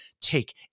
take